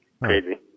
crazy